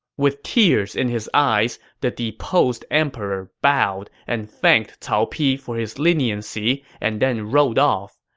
with tears in his eyes, the deposed emperor bowed and thanked cao pi for his leniency and then rode off.